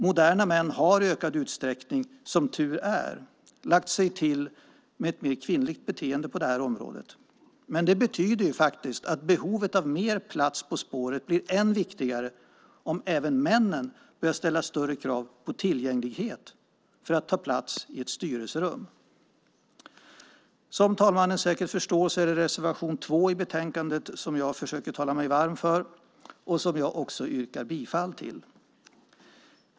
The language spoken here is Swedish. Moderna män har i ökad utsträckning, som tur är, lagt sig till med ett mer kvinnligt beteende på detta område. Men det betyder faktiskt att behovet av mer plats på spåret blir ännu viktigare om även männen börjar ställa större krav på tillgänglighet för att ta plats i ett styrelserum. Som talmannen säkert förstår är det reservation 2 i betänkandet som jag försöker tala mig varm för och som jag också yrkar bifall till.